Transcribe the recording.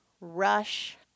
rush